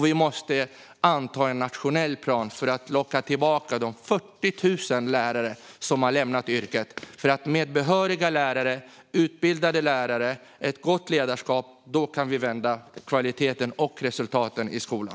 Vi måste också anta en nationell plan för att locka tillbaka de 40 000 lärare som har lämnat yrket. Med behöriga och utbildade lärare och ett gott ledarskap kan vi vända utvecklingen vad gäller kvaliteten och resultaten i skolan.